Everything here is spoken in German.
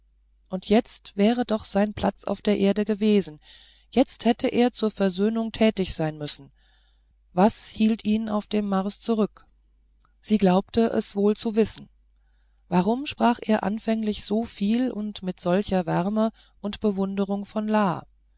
und jetzt wäre doch sein platz auf der erde gewesen jetzt hätte er zur versöhnung tätig sein müssen was hielt ihn auf dem mars zurück sie glaubte es wohl zu wissen warum sprach er anfänglich so viel und mit solcher wärme und bewunderung von la